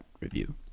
review